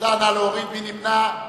מי נמנע?